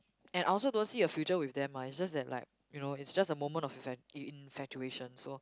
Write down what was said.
and I also don't see a future with them ah it's just that like you know it's just a moment of infa~ infatuation so